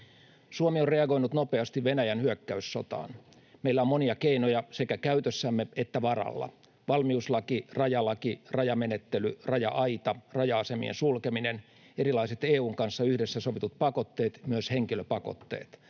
Suomi on reagoinut nopeasti Venäjän hyökkäyssotaan. Meillä on monia keinoja sekä käytössämme että varalla: valmiuslaki, rajalaki, rajamenettely, raja-aita, raja-asemien sulkeminen, erilaiset EU:n kanssa yhdessä sovitut pakotteet, myös henkilöpakotteet.